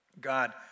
God